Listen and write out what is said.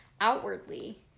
outwardly